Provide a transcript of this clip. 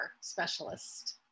specialist